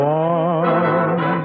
one